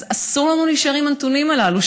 אז אסור לנו להישאר עם הנתונים הללו.